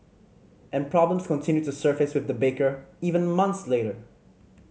and problems continued to surface with the baker even months later